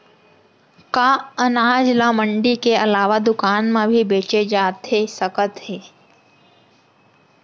का अनाज ल मंडी के अलावा दुकान म भी बेचे जाथे सकत हे?